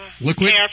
Liquid